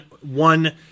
one